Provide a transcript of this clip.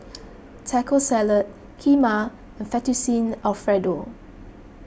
Taco Salad Kheema and Fettuccine Alfredo